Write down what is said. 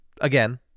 Again